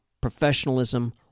professionalism